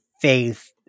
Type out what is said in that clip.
Faith